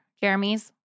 Jeremy's